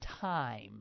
time